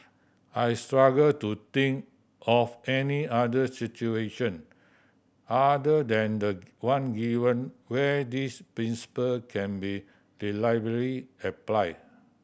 I struggle to think of any other situation other than the one given where this principle can be reliably applied